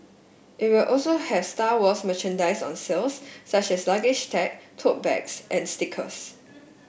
it will also have Star Wars merchandise on sales such as luggage tag tote bags and stickers